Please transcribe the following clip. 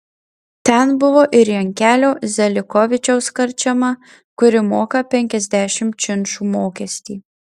ten buvo ir jankelio zelikovičiaus karčema kuri moka penkiasdešimt činšų mokestį